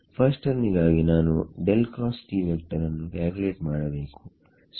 first ಟರ್ಮಿಗಾಗಿ ನಾನು ನ್ನು ಕ್ಯಾಲ್ಕುಲೇಟ್ ಮಾಡಬೇಕು